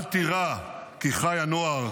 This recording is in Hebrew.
/ אל תירא, כי חי הנוער,